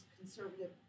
conservative